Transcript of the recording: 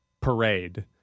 parade